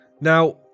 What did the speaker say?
Now